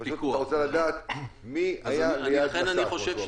פשוט אתה רוצה לדעת מי היה ליד נשא או חולה קורונה.